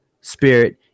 spirit